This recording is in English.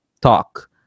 talk